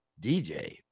dj